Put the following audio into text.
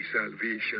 salvation